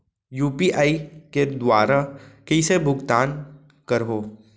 UPI के दुवारा कइसे भुगतान करहों?